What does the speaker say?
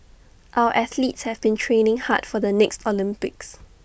our athletes have been training hard for the next Olympics